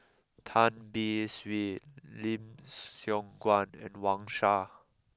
Tan Beng Swee Lim Siong Guan and Wang Sha